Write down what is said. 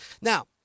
Now